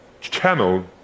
channel